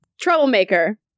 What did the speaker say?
troublemaker